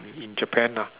in Japan ah